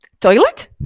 Toilet